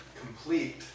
complete